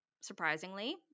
surprisingly